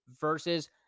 versus